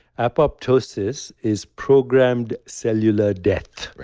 apoptosis is programmed cellular death.